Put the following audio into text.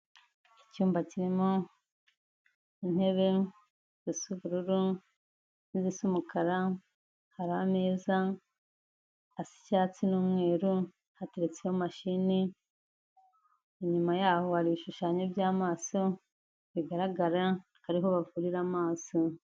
Icyumba kirimo intebe zisa ubururu n'izisa umukara, hari ameza asa icyatsi n'umweru, hateretseho mashini, inyuma yaho hari ibishushanyo by'amaso bigaragara ko ari ho bavurira amaso.